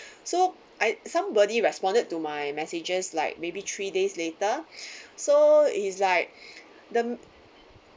so I somebody responded to my messages like maybe three days later so is like the